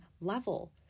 level